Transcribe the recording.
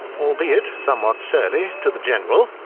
albeit somewhat surly to the general,